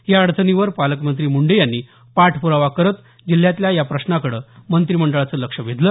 या अडचणींवर पालकमंत्री मुंडे यांनी पाठप्रावा करत जिल्ह्यातल्या या प्रश्नांकडे मंत्रिमंडळाचं लक्ष वेधलं